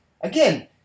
again